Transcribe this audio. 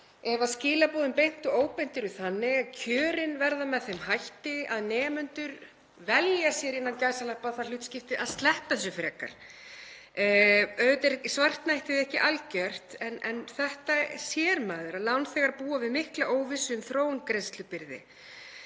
ef skilaboðin beint og óbeint eru þannig að kjörin verði með þeim hætti að nemendur „velja“ sér það hlutskipti að sleppa þessu frekar. Auðvitað er svartnættið ekki algjört en þetta sér maður, að lánþegar búa við mikla óvissu um þróun greiðslubyrði.